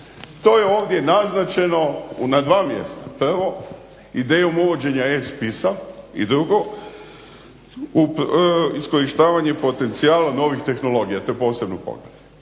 to je ovdje naznačeno na dva mjesta. Prvo, idejom uvođenja e-spisa i drugo iskorištavanje potencijala novih tehnologija, to je posebno poglavlje.